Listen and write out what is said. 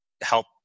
Help